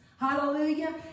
Hallelujah